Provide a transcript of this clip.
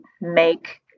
make